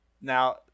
Now